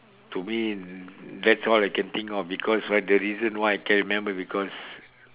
to me that's all I can think of because right the reason why I can remember because